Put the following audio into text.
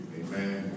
amen